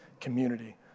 community